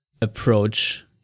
approach